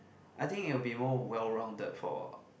I think it will be more well rounded for